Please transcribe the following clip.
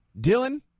Dylan